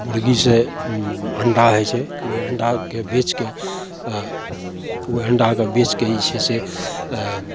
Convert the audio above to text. मुर्गीसँ अण्डा होइ छै ओ अण्डाके बेचके ओइ अण्डाके बेचके जे छै से